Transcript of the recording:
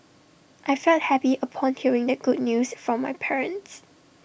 I felt happy upon hearing the good news from my parents